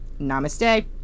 namaste